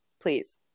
please